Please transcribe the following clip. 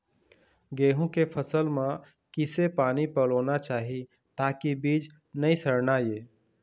गेहूं के फसल म किसे पानी पलोना चाही ताकि बीज नई सड़ना ये?